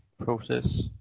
process